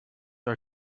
are